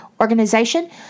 organization